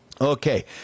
Okay